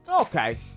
okay